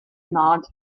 nod